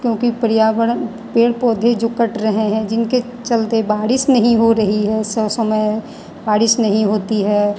क्योंकि पर्यावरण पेड़ पौधे जो कट रहे हैं जिनके चलते बारिश नहीं हो रही है समय बारिश नहीं होती है